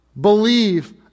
Believe